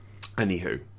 Anywho